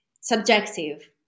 subjective